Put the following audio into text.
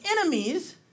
enemies